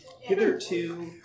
hitherto